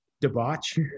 debauch